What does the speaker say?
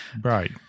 Right